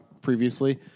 previously